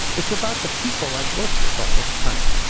it's about the people i've worked with all this time.